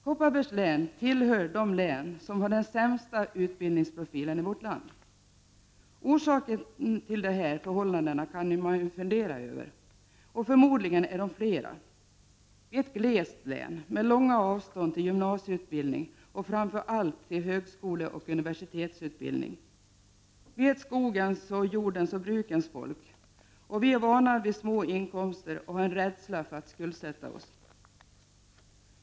Kopparbergs län tillhör de län som har den sämsta utbildningsprofilen i vårt land. Orsakerna till detta förhållande kan man fundera över. Förmodligen är de flera. Det är ett ”glest” län, med långa avstånd till gymnasieutbildning och framför allt till högskoleoch universitetsutbildning. Vi är ett skogens, jordens och brukens folk. Vi är vana vid små inkomster och har en rädsla för att skuldsätta oss.